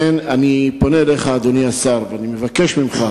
לכן, אני פונה אליך, אדוני השר, ואני מבקש ממך,